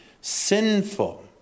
sinful